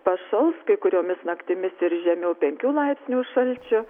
pašals kai kuriomis naktimis ir žemiau penkių laipsnių šalčio